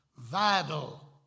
vital